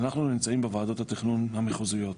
היה ביקור של המנכ"ל